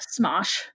Smosh